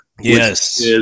Yes